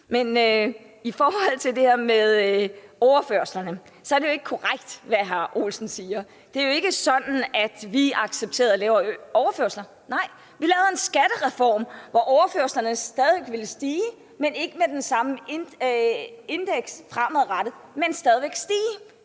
joke. I forhold til det her med overførslerne er det jo ikke korrekt, hvad hr. Olsen siger. Det er jo ikke sådan, at vi accepterede lavere overførsler. Nej, vi lavede en skattereform, hvor overførslerne stadig ville stige, ikke med det samme indeks fremadrettet, men de ville stadig væk stige.